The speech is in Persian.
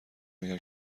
اگر